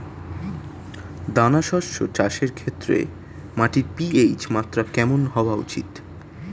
দানা শস্য চাষের ক্ষেত্রে মাটির পি.এইচ মাত্রা কেমন হওয়া উচিৎ?